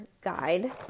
guide